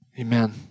Amen